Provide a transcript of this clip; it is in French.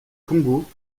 congo